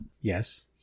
Yes